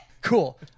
Cool